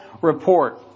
report